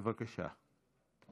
בבקשה.